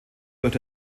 durch